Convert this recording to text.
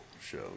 show